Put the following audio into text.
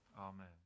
Amen